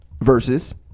versus